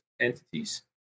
entities